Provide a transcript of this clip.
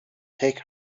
take